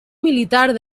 militar